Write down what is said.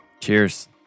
Cheers